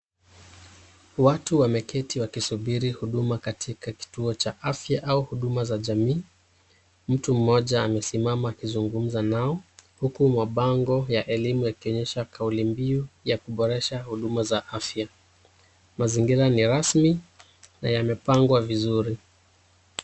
Watu wameketi wakisubiri huduma katika kituo cha afya au huduma za jamii. Mtu mmoja amesimama akizungumza nao, huku mabango ya elimu yakionyesha kauli mbiu ya kuboresha huduma za afya. Mazingira ni rasmi na yamepaangwa vizuri.